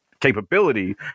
capability